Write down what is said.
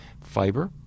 Fiber